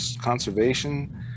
conservation